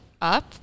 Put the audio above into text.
up